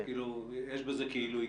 יש בזה כאילו היגיון.